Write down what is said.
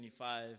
25